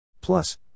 Plus